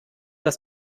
das